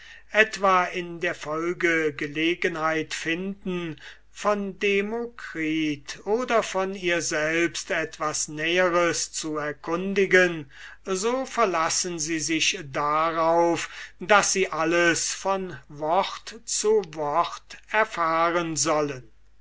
etwa in der folge gelegenheit finden von demokritus oder von ihr selbst etwas näheres zu erkundigen so verlassen sie sich darauf daß sie alles von wort zu wort erfahren sollen